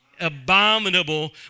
abominable